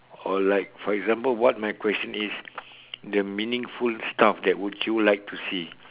or like for example what my question is the meaning full stuff that would you like to see